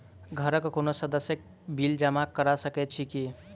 घरक कोनो सदस्यक बिल जमा कऽ सकैत छी की?